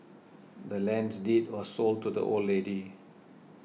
the land's deed was sold to the old lady